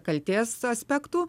kaltės aspektų